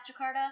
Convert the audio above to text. Jakarta